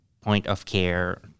point-of-care